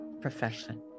profession